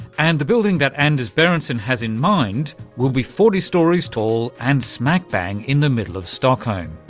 and the building that anders berensson has in mind will be forty storeys tall and smack-bang in the middle of stockholm.